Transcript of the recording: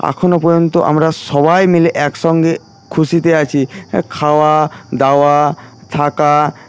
এখনো পর্যন্ত আমরা সবাই মিলে একসঙ্গে খুশিতে আছি খাওয়া দাওয়া থাকা